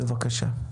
בבקשה.